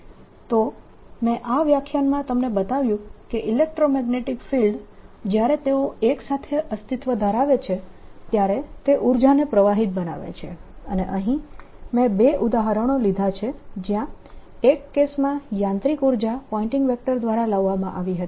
Energy Density120B202K2200K22 Total EnergyV0K22 તો મેં આ વ્યાખ્યાનમાં તમને બતાવ્યું કે ઇલેક્ટ્રોમેગ્નેટીક ફિલ્ડ જ્યારે તેઓ એક સાથે અસ્તિત્વ ધરાવે છે ત્યારે તે ઉર્જાને પ્રવાહીત બનાવે છે અને અહીં મેં બે ઉદાહરણો લીધા છે જ્યાં એક કેસમાં યાંત્રિક ઉર્જા પોઈન્ટીંગ વેક્ટર દ્વારા લાવવામાં આવી હતી